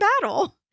battle